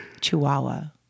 Chihuahua